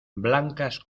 blancas